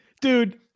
dude